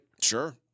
Sure